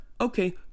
Okay